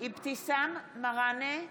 אבתיסאם מראענה,